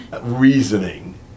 reasoning